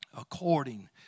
according